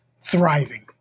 thriving